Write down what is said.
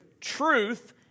Truth